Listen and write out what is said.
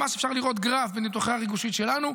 ממש אפשר לראות גרף בניתוחי הרגישות שלנו.